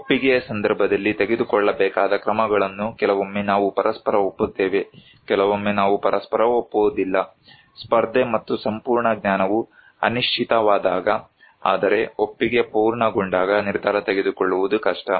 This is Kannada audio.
ಒಪ್ಪಿಗೆಯ ಸಂದರ್ಭದಲ್ಲಿ ತೆಗೆದುಕೊಳ್ಳಬೇಕಾದ ಕ್ರಮಗಳನ್ನು ಕೆಲವೊಮ್ಮೆ ನಾವು ಪರಸ್ಪರ ಒಪ್ಪುತ್ತೇವೆ ಕೆಲವೊಮ್ಮೆ ನಾವು ಪರಸ್ಪರ ಒಪ್ಪುವುದಿಲ್ಲ ಸ್ಪರ್ಧೆ ಮತ್ತು ಸಂಪೂರ್ಣ ಜ್ಞಾನವು ಅನಿಶ್ಚಿತವಾದಾಗ ಆದರೆ ಒಪ್ಪಿಗೆ ಪೂರ್ಣಗೊಂಡಾಗ ನಿರ್ಧಾರ ತೆಗೆದುಕೊಳ್ಳುವುದು ಕಷ್ಟ